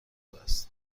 است